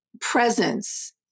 presence